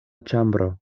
ĉambro